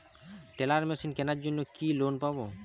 Teller machine কেনার জন্য কি লোন পাব?